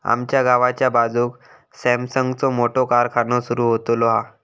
आमच्या गावाच्या बाजूक सॅमसंगचो मोठो कारखानो सुरु होतलो हा